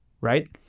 right